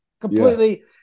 Completely